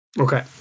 Okay